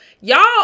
Y'all